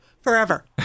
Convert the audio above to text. Forever